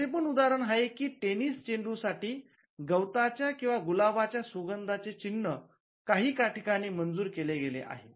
असे पण उदाहरण आहे की टेनिस चेंडू साठी गवताच्या किंवा गुलाबाच्या सुगंधाचे चिन्ह काही ठिकाणी मंजूर केले गेले आहे